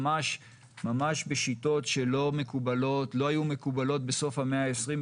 ממש בשיטות שלא היו מקובלות בסוף המאה ה-20,